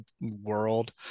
world